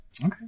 Okay